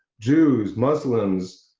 jews, muslims,